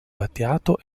battiato